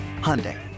Hyundai